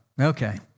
Okay